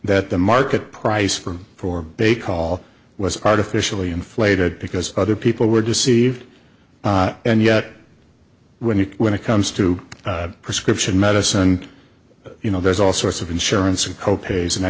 that the market price from four bay call was artificially inflated because other people were deceived and yet when you when it comes to prescription medicine you know there's all sorts of insurance and